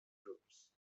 groups